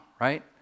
right